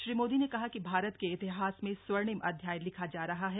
श्री मोदी ने कहा कि भारत के इतिहास में स्वर्णिम अध्याय लिखा जा रहा है